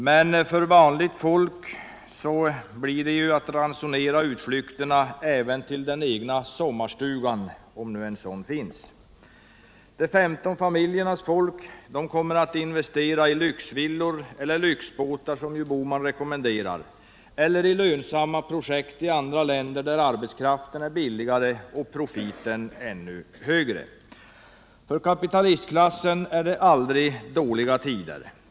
Men för vanligt folk blir det att ransonera utflykterna även till den cgna sommarstugan, om en sådan finns. De 15 familjernas folk kommer att investera i lyxvillor eHer i lyxbåtar — som ju Bohman rekommenderar — eller i lönsamma obickt i andra länder där arbetskraften är billigare och profiten ännu högre. För kapitalistklassen är det aldrig dåliga tider.